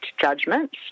judgments